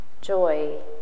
joy